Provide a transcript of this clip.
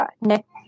Next